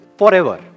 forever